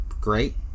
great